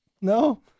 No